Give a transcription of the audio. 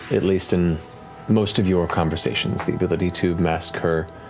at least in most of your conversations, the ability to mask her